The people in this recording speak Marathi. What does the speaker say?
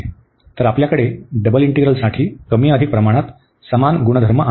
तर आमच्याकडे डबल इंटिग्रलसाठी कमीअधिक प्रमाणात समान गुणधर्म आहेत